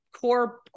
core